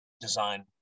design